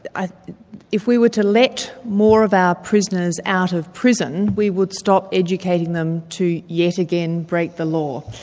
ah if we were to let more of our prisoners out of prison, we would stop educating them to yet again break the law.